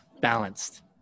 balanced